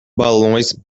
balões